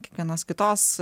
kiekvienos kitos